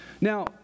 Now